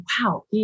wow